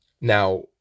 Now